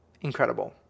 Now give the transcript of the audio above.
Incredible